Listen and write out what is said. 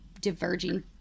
diverging